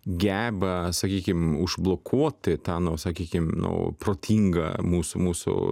geba sakykim užblokuoti tą nu sakykim nu protingą mūsų mūsų